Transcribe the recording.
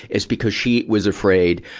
is because she was afraid,